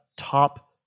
top